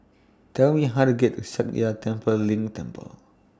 Tell Me How to get to Sakya Tenphel Ling Temple